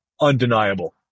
undeniable